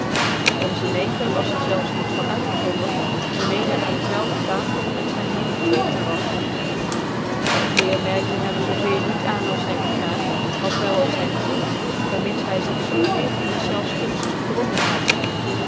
onze neger was cr zelfs niet van uitgezonden die mede aan dezelve tafel met tyn heer gezeten was zyn heer merkte hem zoo zeer niet aan als zyn dienaar als wel als zyn vriend vermits ny zig zoo zeer in dcsfclfs gunft gedrongen had